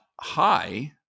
high